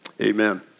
Amen